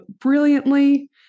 brilliantly